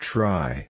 Try